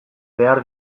behar